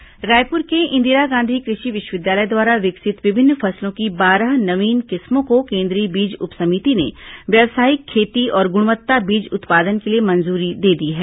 फसल नवीन किस्म रायपुर के इंदिरा गांधी कृषि विश्वविद्यालय द्वारा विकसित विभिन्न फसलों की बारह नवीन किस्मों को केंद्रीय बीज उप समिति ने व्यावसायिक खेती और गुणवत्ता बीज उत्पादन के लिए मंजूरी दे दी है